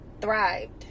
thrived